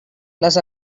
les